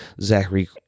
Zachary